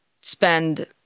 spend